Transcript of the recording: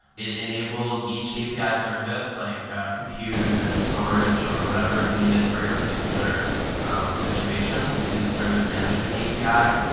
it enables each api service, like compute and storage, or whatever is needed for your particular situation, using the service management api.